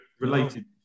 related